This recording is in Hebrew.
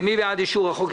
מי בעד אישור החוק?